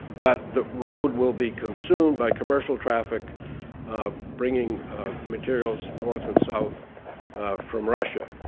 but the road will be consumed by commercial traffic bringing materials north and south from russia.